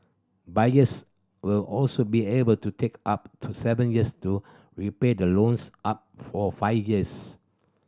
buyers will also be able to take up to seven years to repay the loans up for five years